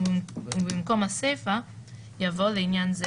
ובמקום הסיפה יבוא: "לעניין זה